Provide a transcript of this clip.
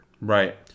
Right